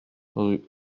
rue